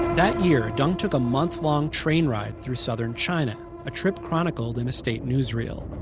that year, deng took a month-long train ride through southern china a trip chronicled in state news reel.